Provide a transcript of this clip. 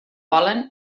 volen